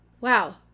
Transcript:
wow